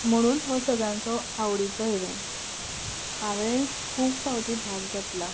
म्हणून हो सगळ्यांचो आवडीचो इवेंट हांवें खूब फावटी भाग घेतला